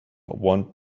want